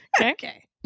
okay